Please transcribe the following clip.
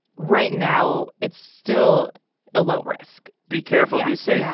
right now, it's still a low risk be careful, be safe. yeah